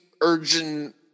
urgent